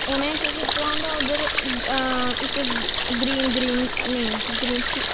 उ'नें केह् कित्ते दा होंदा उद्धर इक ग्रीन ग्रीन नेईं ग्रीन पील